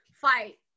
fight